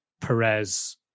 Perez